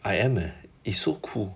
I am eh it's so cool